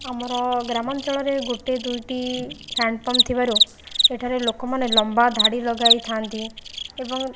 ଆମର ଗ୍ରାମାଞ୍ଚଳରେ ଗୋଟିଏ ଦୁଇଟି ହ୍ୟାଣ୍ଡପମ୍ପ ଥିବାରୁ ଏଠାରେ ଲୋକମାନେ ଲମ୍ବା ଧାଡ଼ି ଲଗାଇଥାନ୍ତି ଏବଂ